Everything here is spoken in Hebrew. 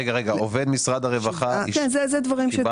רגע, עובד משרד הרווחה, קיבלנו.